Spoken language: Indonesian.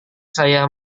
saya